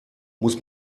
muss